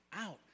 out